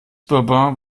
bourbon